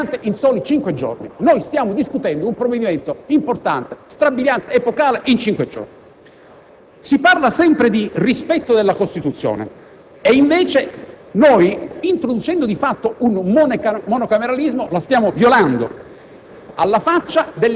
epocale, strabiliante, in soli cinque giorni? Noi stiamo discutendo un provvedimento importante, strabiliante ed epocale in cinque giorni. Si parla sempre di rispetto della Costituzione e invece, introducendo di fatto un monocameralismo, la stiamo violando;